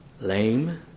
lame